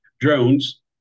drones